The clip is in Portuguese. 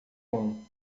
com